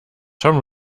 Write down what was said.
tom